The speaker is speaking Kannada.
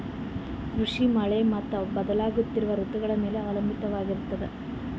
ಕೃಷಿ ಮಳೆ ಮತ್ತು ಬದಲಾಗುತ್ತಿರುವ ಋತುಗಳ ಮೇಲೆ ಅವಲಂಬಿತವಾಗಿರತದ